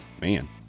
man